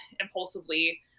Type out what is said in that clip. impulsively